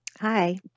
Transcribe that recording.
Hi